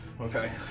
Okay